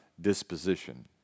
Disposition